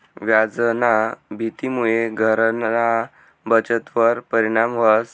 व्याजना भीतीमुये घरना बचतवर परिणाम व्हस